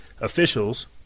officials